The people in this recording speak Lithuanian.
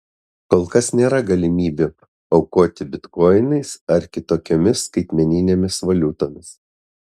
kol kas nėra galimybių aukoti bitkoinais ar kitokiomis skaitmeninėmis valiutomis